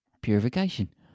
purification